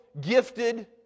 gifted